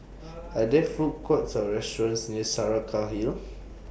Are There Food Courts Or restaurants near Saraca Hill